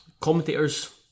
commentator's